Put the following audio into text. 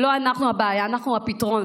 לא אנחנו הבעיה, אנחנו הפתרון.